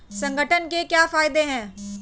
संगठन के क्या फायदें हैं?